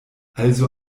also